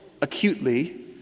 acutely